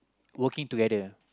working together